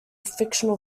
fictional